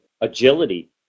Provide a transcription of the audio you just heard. agility